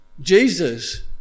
Jesus